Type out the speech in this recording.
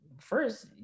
first